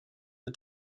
the